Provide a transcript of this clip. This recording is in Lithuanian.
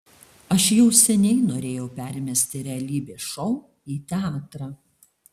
aš jau seniai norėjau permesti realybės šou į teatrą